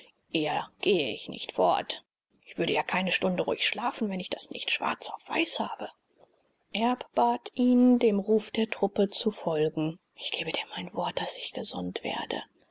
gehe ich nicht fort ich würde ja keine stunde ruhig schlafen wenn ich das nicht schwarz auf weiß habe erb bat ihn dem ruf der truppe zu folgen ich gebe dir mein wort daß ich gesund werde